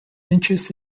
interest